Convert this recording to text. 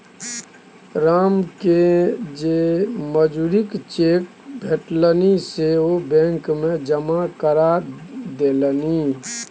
रामकेँ जे मजूरीक चेक भेटलनि से ओ बैंक मे जमा करा देलनि